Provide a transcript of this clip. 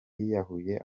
yiyahuye